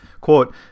Quote